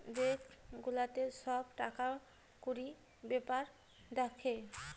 bank গুলাতে সব টাকা কুড়ির বেপার দ্যাখে